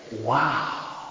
Wow